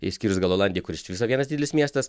išskyrus gal olandiją kur iš viso vienas didelis miestas